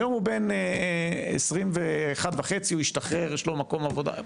היום בן 21 וחצי, הוא השתחרר, יש לו מקום עבודה.